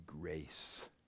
grace